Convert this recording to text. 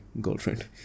girlfriend